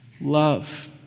Love